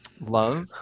love